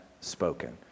spoken